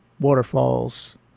waterfalls